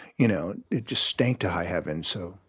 you know, it just stank to high heaven. so.